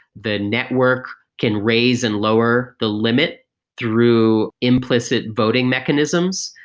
the network can raise and lower the limit through implicit voting mechanisms.